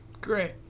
Great